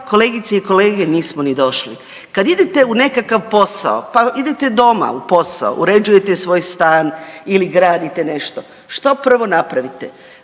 kolegice i kolege, nismo ni došli. Kad idete u nekakav posao, pa idete doma u posao, uređujete svoj stan ili gradite nešto, što prvo napravite?